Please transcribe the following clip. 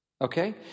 Okay